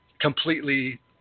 completely